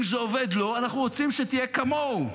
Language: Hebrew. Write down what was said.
אם זה עובד לו, אנחנו רוצים שתהיה כמוהו.